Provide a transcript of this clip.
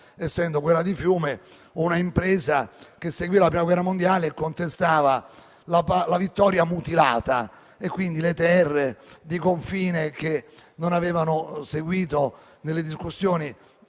essendo quella di Fiume un'impresa che seguiva la prima guerra mondiale e contestava la vittoria mutilata e quindi le terre di confine che nelle discussioni